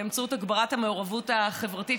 באמצעות הגברת המעורבות החברתית.